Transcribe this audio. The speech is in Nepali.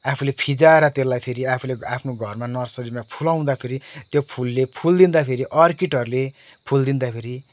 आफूले फिँजाएर त्यसलाई फेरि आफूले आफ्नो घरमा नर्सरीमा फुलाउँदाखेरि त्यो फुलले फुलिदिँदाखेरि अर्किडहरूले फुलिदिँदाखेरि